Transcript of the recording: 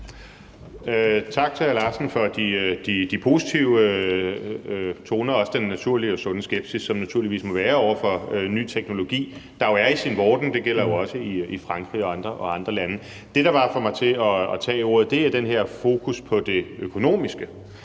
Bjergskov Larsen for de positive toner, også den naturlige og sunde skepsis, der naturligvis må være over for ny teknologi, der jo er i sin vorden. Det gælder jo også i Frankrig og andre lande. Det, der bare får mig til at tage ordet, er det her fokus på det økonomiske.